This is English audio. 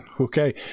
Okay